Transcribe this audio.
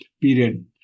period